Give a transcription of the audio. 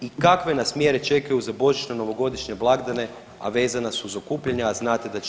I kakve nas mjere čekaju za božićno-novogodišnje blagdane, a vezana su za okupljanja, a znate da će